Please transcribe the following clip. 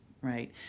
right